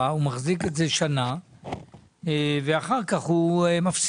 הוא מחזיק את זה שנה ואחר כך הוא מפסיד,